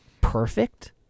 perfect